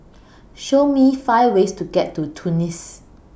Show Me five ways to get to Tunis